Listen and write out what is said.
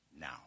now